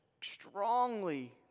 strongly